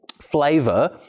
flavor